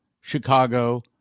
Chicago